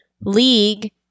league